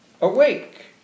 Awake